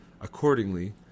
Accordingly